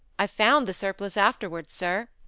i found the surplice afterwards, sir,